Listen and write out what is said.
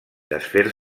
desfer